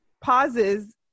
pauses